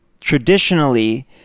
traditionally